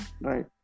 right